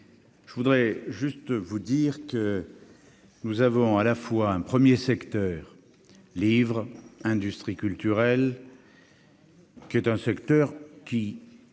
je voudrais juste vous dire que nous avons à la fois un 1er secteur livre et industries culturelles. Qui est un secteur qui